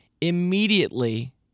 immediately